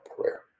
prayer